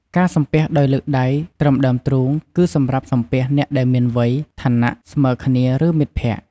ការសំពះដោយលើកដៃត្រឹមដើមទ្រូង គឺសម្រាប់សំពះអ្នកដែលមានវ័យ ឋានៈ ស្មើគ្នា ឬមិត្តភក្តិ។